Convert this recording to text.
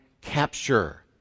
capture